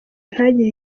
ntagire